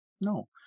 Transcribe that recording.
no